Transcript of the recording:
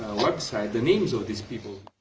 website the names of these people?